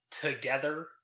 together